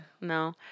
No